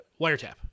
wiretap